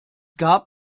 gab